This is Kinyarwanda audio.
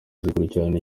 zikurikirana